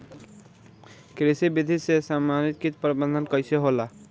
कृषि विधि से समन्वित कीट प्रबंधन कइसे होला?